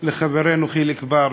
של חברנו חיליק בר,